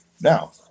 now